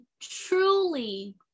truly